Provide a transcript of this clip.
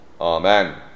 Amen